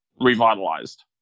revitalized